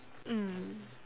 mm